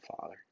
father